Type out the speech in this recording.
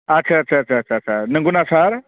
आथसा आथसा आथसा आथसा आथसा नोंगौ ना सार